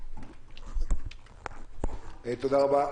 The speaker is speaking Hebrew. תודה רבה.